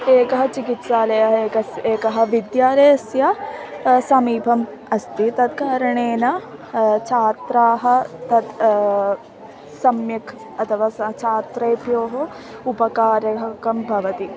एकः चिकित्सालयः एकस् एकः विद्यालयस्य समीपे अस्ति तत्कारणेन छात्राः तत् सम्यक् अथवा स छात्रेभ्यः उपकारकं भवति